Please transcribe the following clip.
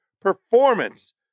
performance